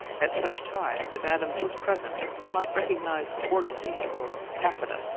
at such times, if adams was present, he might recognize organdie, or taffeta,